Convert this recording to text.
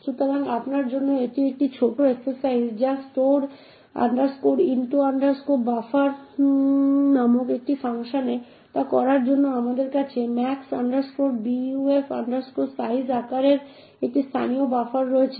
সুতরাং আপনার জন্য এটি একটি ছোট এক্সারসাইজ যা store into buffer store into buffer নামক এই ফাংশনে তা করার জন্য আমাদের কাছে max buf size আকারের একটি স্থানীয় বাফার রয়েছে